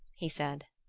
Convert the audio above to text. he said.